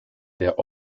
der